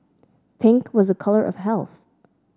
pink was a colour of health